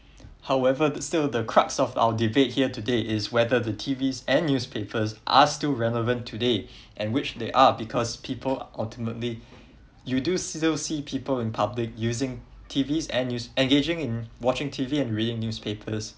however the still the crux of our debate here today is whether the T_Vs and newspapers are still relevant today and which they are because people ultimately you do still see people in public using T_Vs and news engaging in watching T_Vs and reading newspapers